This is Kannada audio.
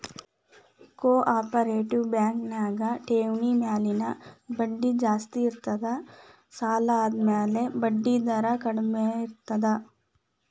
ಕೊ ಆಪ್ರೇಟಿವ್ ಬ್ಯಾಂಕ್ ನ್ಯಾಗ ಠೆವ್ಣಿ ಮ್ಯಾಲಿನ್ ಬಡ್ಡಿ ಜಾಸ್ತಿ ಇರ್ತದ ಸಾಲದ್ಮ್ಯಾಲಿನ್ ಬಡ್ಡಿದರ ಕಡ್ಮೇರ್ತದ